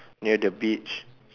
near the beach